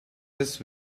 this